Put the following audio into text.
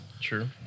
True